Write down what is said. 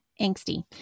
angsty